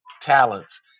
talents